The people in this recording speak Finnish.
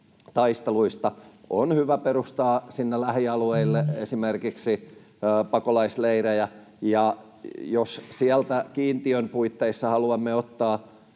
taisteluista, on hyvä perustaa sinne lähialueille esimerkiksi pakolaisleirejä, ja jos sieltä kiintiön puitteissa haluamme ottaa